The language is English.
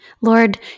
Lord